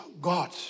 God